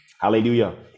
Hallelujah